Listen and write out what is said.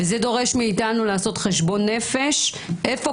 וזה דורש מאיתנו לעשות חשבון נפש איפה